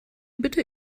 bitte